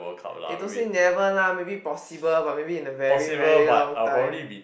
eh don't say never lah maybe possible but maybe in a very very long time